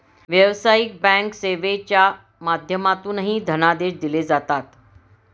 व्यावसायिक बँक सेवेच्या माध्यमातूनही धनादेश दिले जातात